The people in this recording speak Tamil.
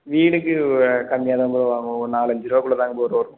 வீட்டுக்கு கம்மியாக தான் ப்ரோ வாங்குவோம் ஒரு நாலஞ்சு ருபாக்குள்ள தாங்க ப்ரோ வரும்